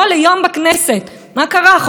הממשלה לא חושבת שזה מספיק ראוי.